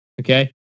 okay